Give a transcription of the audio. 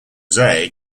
jose